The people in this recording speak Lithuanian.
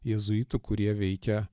jėzuitų kurie veikia